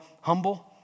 humble